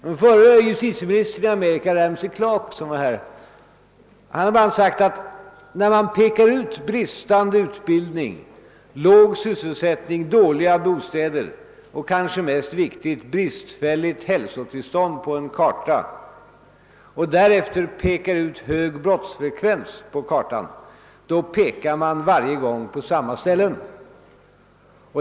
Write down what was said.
Den förre justitieministern i Förenta staterna, Ramsey Clark, som har besökt Sverige, har sagt att när man pekar på bristande utbildning, låg sysselsättning, dåliga bostäder och — det kanske viktigaste — bristfälligt hälsotillstånd på en karta och därefter pekar ut hög brottsfrekvens, hamnar man varje gång på samma ställen.